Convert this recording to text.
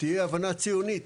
תהיה הבנה ציונית.